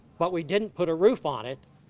but we didn't put a roof on it.